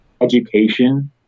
education